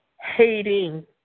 hating